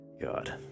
God